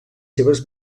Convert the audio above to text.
seves